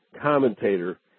commentator